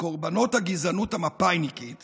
מקורבנות הגזענות המפא"יניקית